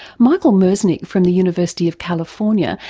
michael merzenich from the university of california,